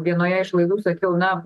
vienoje iš laidų sakiau na